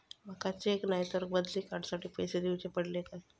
माका चेक नाय तर बदली कार्ड साठी पैसे दीवचे पडतले काय?